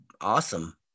awesome